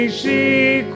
see